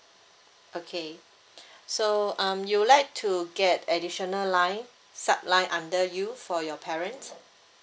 okay so um you'd like to get additional line sup line under you for your parents